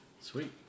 Sweet